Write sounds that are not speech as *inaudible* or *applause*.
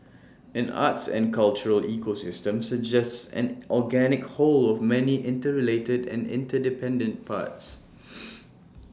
an arts and cultural ecosystem suggests an organic whole of many interrelated and interdependent parts *noise*